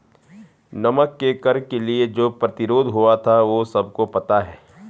नमक के कर के लिए जो प्रतिरोध हुआ था वो सबको पता है